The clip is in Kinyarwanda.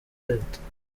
bite